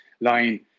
line